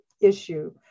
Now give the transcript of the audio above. issue